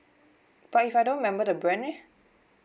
but if I don't remember the brand leh